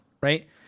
right